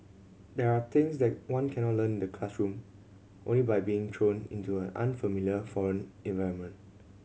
there are things that one cannot learn the classroom only by being thrown into an unfamiliar foreign environment